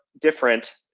different